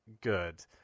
good